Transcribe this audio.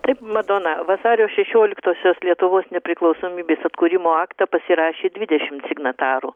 taip madona vasario šešioliktosios lietuvos nepriklausomybės atkūrimo aktą pasirašė dvidešimt signatarų